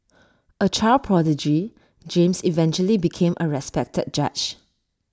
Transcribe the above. A child prodigy James eventually became A respected judge